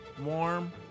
warm